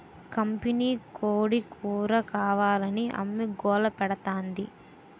కంపినీకోడీ కూరకావాలని అమ్మి గోలపెడతాంది